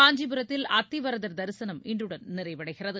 காஞ்சிபுரத்தில் அத்திவரதர் தரிசனம் இன்றுடன் நிறைவடைகிறது